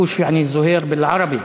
(אומר בערבית: